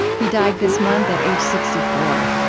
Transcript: he died this month at age sixty four.